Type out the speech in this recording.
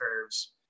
curves